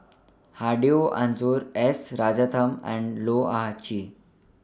Hedwig Anuar S Rajaratnam and Loh Ah Chee